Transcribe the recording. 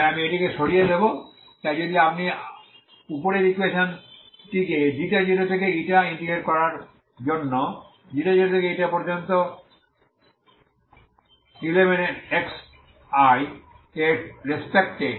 তাই আমি এটিকে সরিয়ে দেব তাই যদি আপনি উপরের ইকুয়েশন টিকে 0 থেকে ইন্টিগ্রেট করার জন্য 0 থেকে পর্যন্ত Xi এর রেস্পেক্ট এ